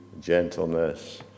gentleness